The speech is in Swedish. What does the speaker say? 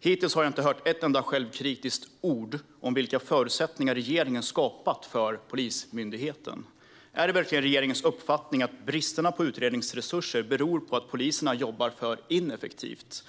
Hittills har jag inte hört ett enda självkritiskt ord om vilka förutsättningar regeringen har skapat för Polismyndigheten. Är det verkligen regeringens uppfattning att bristen på utredningsresurser beror på att poliserna jobbar för ineffektivt?